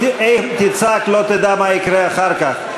אם תצעק לא תדע מה יקרה אחר כך,